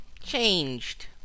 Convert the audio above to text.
changed